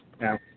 Now